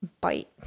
bite